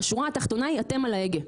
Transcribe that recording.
השורה התחתונה היא שאתם על ההגה.